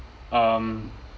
um